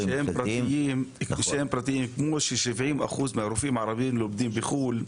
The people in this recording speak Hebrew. והפרטיים --- שהם פרטיים כמו ש-70 אחוז מרופאים ערביים לומדים בחו"ל.